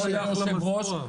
כבוד היושב-ראש,